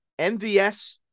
MVS